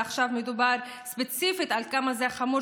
ועכשיו מדובר ספציפית על כמה זה חמור